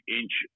inch